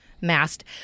masked